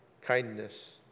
kindness